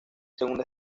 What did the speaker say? segunda